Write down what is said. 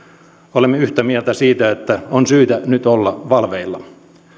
olemme yhtä mieltä siitä että on syytä nyt olla valveilla